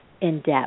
in-depth